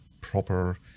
proper